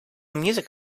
music